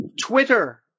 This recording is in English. twitter